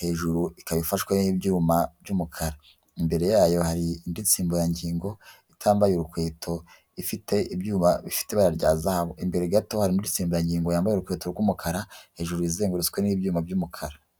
hejuru ikaba ifashwe n'ibyuma by'umukara, imbere yayo hari indi nsimburangingo itambaye inkweto ifite ibyuma bifite ibara rya zahabu, imbere gato hari indi nsimburangingo yambaye urukweto rw'umukara hejuru izengurutswe n'ibyuma by'umukara.